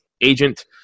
agent